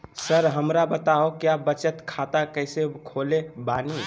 Sir हमरा बताओ क्या बचत खाता कैसे खोले बानी?